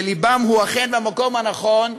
שלבם אכן במקום הנכון,